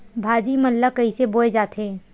भाजी मन ला कइसे बोए जाथे?